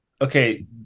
Okay